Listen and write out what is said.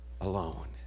alone